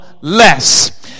less